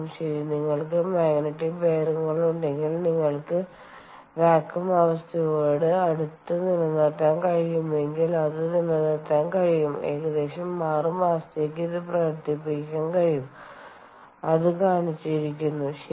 ശരി നിങ്ങൾക്ക് മാഗ്നെറ്റിക് ബെയറിംഗുകൾ ഉണ്ടെങ്കിൽ നിങ്ങൾക്ക് വാക്വം അവസ്ഥയോട് അടുത്ത് നിലനിർത്താൻ കഴിയുമെങ്കിൽ അത് നിലനിർത്താൻ കഴിയും ഏകദേശം 6 മാസത്തേക്ക് ഇത് പ്രവർത്തിപ്പിക്കാൻ കഴിയും അത് കാണിച്ചിരിക്കുന്നു ശരി